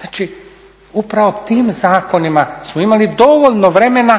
Znači, upravo tim zakonima smo imali dovoljno vremena